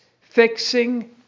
Fixing